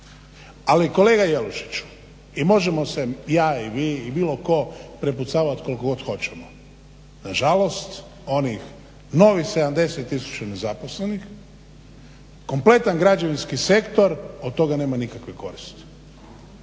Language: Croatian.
Ali kolega Jelušiću i možemo se ja i vi i bilo tko prepucavati koliko god hoćemo. Nažalost onih novih 70 tisuća nezaposlenih, kompletan građevinski sektor od toga nema nikakve koristi